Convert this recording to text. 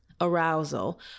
Arousal